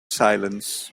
silence